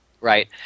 right